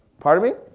pardon me?